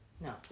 No